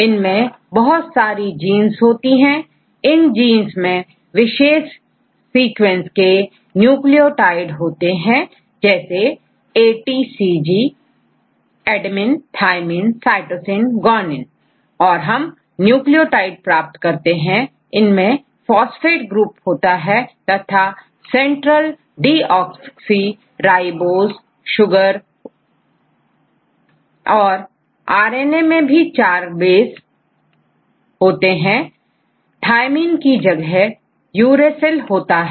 इनमें बहुत सारी जींस होती हैं इन जींस में विशेष सीक्वेंस के न्यूक्लियोटाइड्स होते हैं जैसे ATCG adenine thymine cytosine guanine और हम न्यूक्लियोटाइड प्राप्त करते हैं इनमें फास्फेट ग्रुप होता है तथा सेंट्रल डीऑक्सिराइबोस शुगर और आर एन ए में भी 4 बेस ATUC होते हैं थायमीन की जगह यूरेसिल होता है